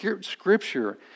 scripture